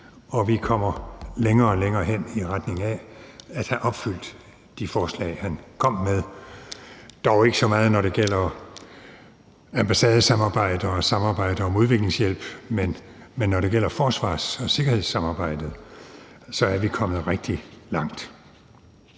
og vi kommer længere og længere hen i retning af at have opfyldt de forslag, han kom med – dog ikke så meget, når det gælder ambassadesamarbejdet og samarbejdet om udviklingshjælp, men når det gælder forsvars- og sikkerhedssamarbejdet, er vi kommet rigtig langt.